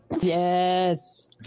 Yes